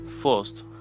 first